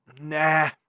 Nah